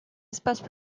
espaces